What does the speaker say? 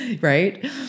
Right